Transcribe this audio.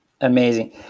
amazing